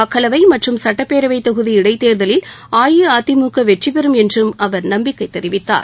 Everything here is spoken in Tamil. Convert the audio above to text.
மக்களவை மற்றும் சட்டப் பேரவைத் தொகுதி இடைத் தேர்தலில் அஇஅதிமுக வெற்றி பெறும் என்றும் அவர் நம்பிக்கை தெரிவித்தார்